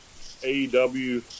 AEW